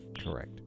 Correct